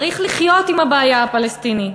צריך לחיות עם הבעיה הפלסטינית.